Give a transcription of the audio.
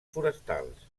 forestals